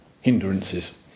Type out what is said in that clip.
hindrances